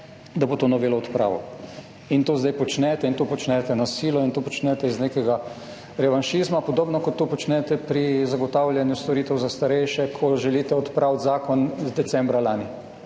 davke iz plač, odpravil. In to zdaj počnete in to počnete na silo in to počnete iz nekega revanšizma, podobno kot to počnete pri zagotavljanju storitev za starejše, ko želite odpraviti zakon z decembra lani,